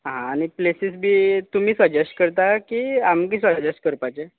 हां आनी प्लेसीस बी तुमी सजॅश्ट करता की आमी बी सजॅश करपाचें